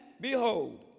behold